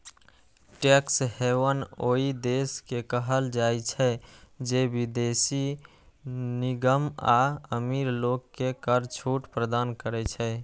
tax haven ओइ देश के कहल जाइ छै, जे विदेशी निगम आ अमीर लोग कें कर छूट प्रदान करै छै